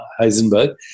Heisenberg